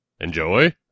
Enjoy